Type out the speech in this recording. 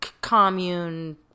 commune